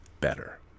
better